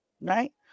right